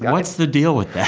what's the deal with that?